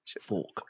fork